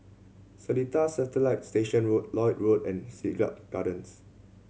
Seletar Satellite Station Road Lloyd Road and Siglap Gardens